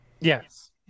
Yes